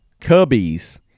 Cubbies